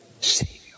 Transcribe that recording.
Savior